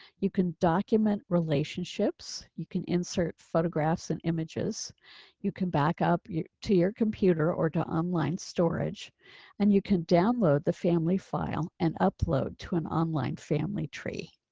you can document relationships, you can insert photographs and images you can back up to your computer or to online storage and you can download the family file and upload to an online family tree.